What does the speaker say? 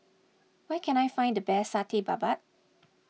where can I find the best Satay Babat